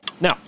now